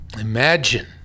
Imagine